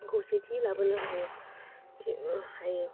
खौसेथि लाबोनो हायो हायो